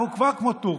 אנחנו כבר כמו טורקיה.